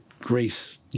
grace